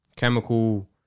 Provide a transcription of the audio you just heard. chemical